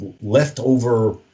leftover